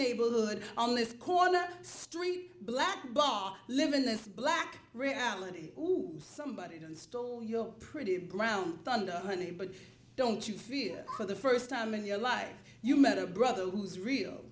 neighborhood on this corner street black block livin this black reality who somebody stole your pretty brown thunder honey but don't you feel for the first time in your life you matter brother who's real